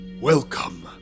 Welcome